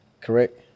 correct